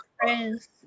friends